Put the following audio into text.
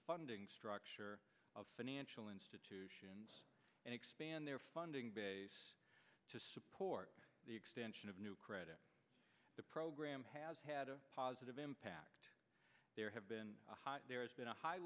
funding structure of financial institutions and expand their funding base to support the expansion of new credit the program has had a positive impact there have been there has been a high